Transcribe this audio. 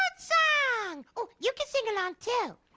song! ooh, you can sing along too.